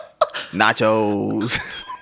nachos